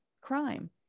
crime